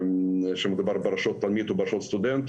כשמדובר באשרות תלמיד או אשרות סטודנט